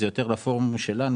אלא יותר לפורום שלנו.